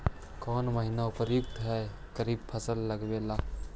कौन महीना उपयुकत है खरिफ लगावे ला?